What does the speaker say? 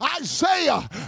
Isaiah